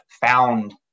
found